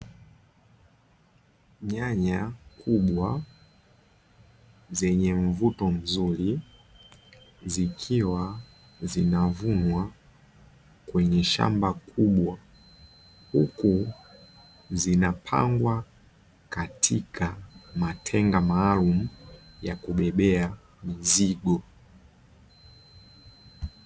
Nyanya kubwa zenye mvuto mzuri, zikiwa zinavunwa kwenye shamba kubwa, huku zinapangwa katika matenga maalumu ya kubebea mizigo.